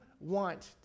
want